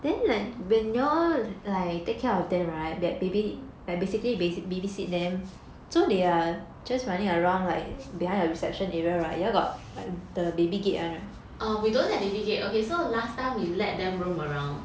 uh we don't have baby gate okay so last time we let them roam around